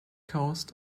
coast